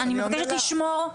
אני מבקשת לשמור.